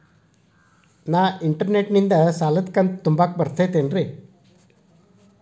ನಾ ಇಂಟರ್ನೆಟ್ ನಿಂದ ಸಾಲದ ಕಂತು ತುಂಬಾಕ್ ಬರತೈತೇನ್ರೇ?